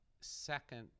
second